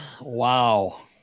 Wow